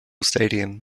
stadium